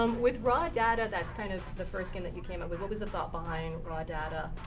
um with raw data, that's kind of the first game that you came up with, what was the thought behind raw data.